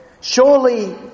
Surely